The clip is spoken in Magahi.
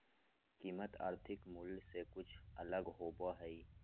कीमत आर्थिक मूल से कुछ अलग होबो हइ